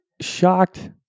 shocked